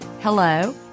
hello